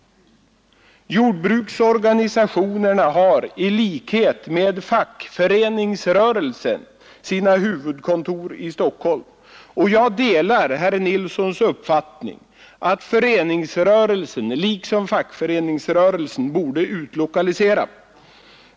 Jordbruksorganisationerna har i likhet med fackföreningsrörelsen sina huvudkontor i Stockholm, och jag delar herr Nilssons uppfattning att föreningsrörelsen bör utlokaliseras.